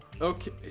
Okay